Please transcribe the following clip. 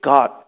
God